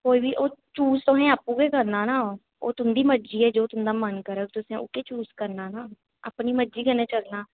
कोई बी ओह् चूज तुसें आपूं गै करना ना ओह् तुं'दी मरज़ी ऐ जो तुं'दा मन करग तुसें उयै चूज करना ना अपनी मरज़ी कन्नै चलना